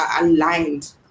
aligned